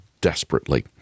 desperately